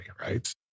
right